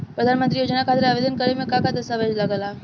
प्रधानमंत्री योजना खातिर आवेदन करे मे का का दस्तावेजऽ लगा ता?